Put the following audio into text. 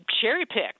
cherry-picked